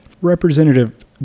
Representative